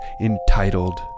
entitled